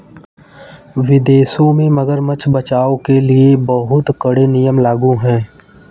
विदेशों में मगरमच्छ बचाओ के लिए बहुत कड़े नियम लागू हैं